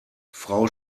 frau